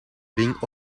bing